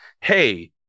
Hey